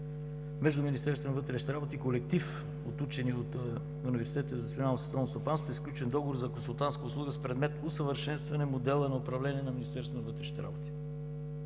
работи и колектив от учени от Университета за национално и световно стопанство е сключен договор за консултантска услуга с предмет „Усъвършенстване модела на управление на